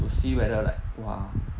we'll see whether like !wah!